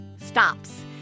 stops